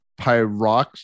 pyrox